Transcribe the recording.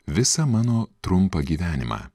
visą mano trumpą gyvenimą